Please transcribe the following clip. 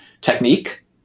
technique